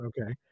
okay